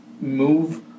move